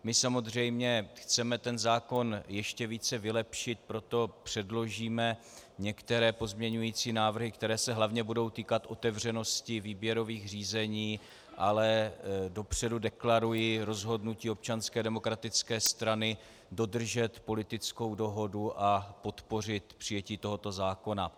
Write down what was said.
My samozřejmě chceme ten zákon ještě více vylepšit, proto předložíme některé pozměňující návrhy, které se budou týkat hlavně otevřenosti výběrových řízení, ale dopředu deklaruji rozhodnutí Občanské demokratické strany dodržet politickou dohodu a podpořit přijetí tohoto zákona.